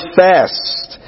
fast